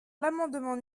l’amendement